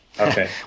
Okay